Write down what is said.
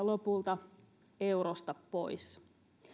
lopulta eurosta pois